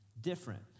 different